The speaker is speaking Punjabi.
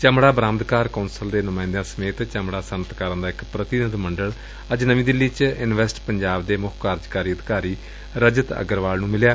ਚਮਤਾ ਬਰਾਮਦਕਾਰ ਕੌਂਸਲ ਦੇ ਨੁਮਾਇੰਦਿਆ ਸਮੇਤ ਚਮਤਾ ਸੱਨਅਤਕਾਰਾਂ ਦਾ ਇਕ ਪ੍ਰਤੀਨਿਧ ਮੰਡਲ ਅੱਜ ਨਵੀਂ ਦਿੱਲੀ ਚ ਇਨਵੈਸਟ ਪੰਜਾਬ ਦੇ ਮੁੱਖ ਕਾਰਜਕਾਰੀ ਅਧਿਕਾਰੀ ਰਜਤ ਅਗਰਵਾਲ ਨੂੰ ਮਿਲਿਆ